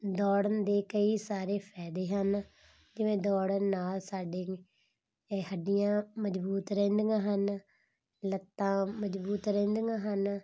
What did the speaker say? ਦੌੜਨ ਦੇ ਕਈ ਸਾਰੇ ਫ਼ਾਇਦੇ ਹਨ ਜਿਵੇਂ ਦੌੜਨ ਨਾਲ ਸਾਡੀ ਇਹ ਹੱਡੀਆਂ ਮਜ਼ਬੂਤ ਰਹਿੰਦੀਆਂ ਹਨ ਲੱਤਾਂ ਮਜ਼ਬੂਤ ਰਹਿੰਦੀਆਂ ਹਨ